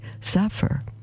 suffer